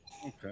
okay